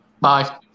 Bye